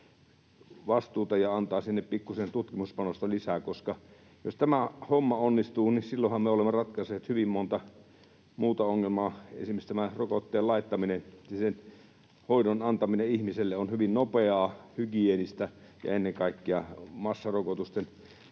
vastuuta ja antaa sinne pikkusen tutkimuspanosta lisää, koska jos tämä homma onnistuu, niin silloinhan me olemme ratkaisseet hyvin monta muuta ongelmaa. Esimerkiksi tämän rokotteen laittaminen, sen hoidon antaminen ihmiselle on hyvin nopeaa ja hygieenistä, ja ennen kaikkea massarokotusten